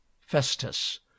Festus